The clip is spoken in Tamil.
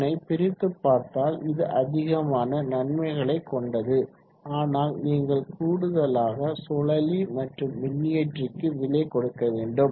இதனை பிரித்து பார்த்தால் இது அதிகமான நன்மைகளை கொண்டது ஆனால் நீங்கள் கூடுதலாக சுழலி மற்றும் மின்னியற்றிக்கு விலை கொடுக்க வேண்டும்